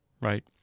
right